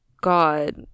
God